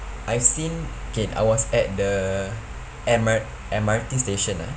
I've seen okay I was at the M_R~ M_R_T station ah